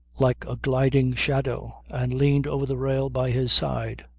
like a gliding shadow and leaned over the rail by his side.